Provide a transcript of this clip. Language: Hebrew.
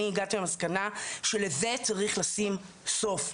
אני הגעתי למסקנה שלזה צריך לשים סוף.